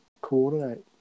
coordinate